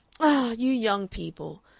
ah! you young people,